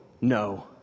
no